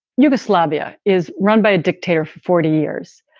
yugoslavia is run by a dictator for forty years.